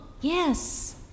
Yes